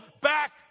back